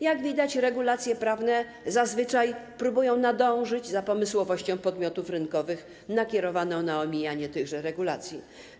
Jak widać, regulacje prawne zazwyczaj próbują nadążyć za pomysłowością podmiotów rynkowych nakierowanych na omijanie tychże regulacji.